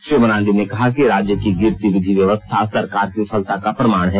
श्री मरांडी ने कहा कि राज्य की गिरती विधि व्यवस्था सरकार की विफलता का प्रमाण है